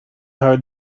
her